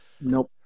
Nope